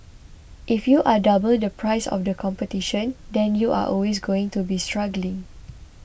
if you are double the price of the competition then you are always going to be struggling